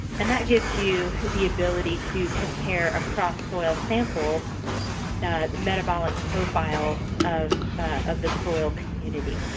and that gives you the ability to compare across soil samples that metabolic profiles of of the soil community.